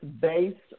based